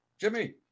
jimmy